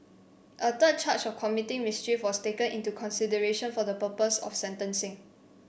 a third charge of committing mischief was taken into consideration for the purpose of sentencing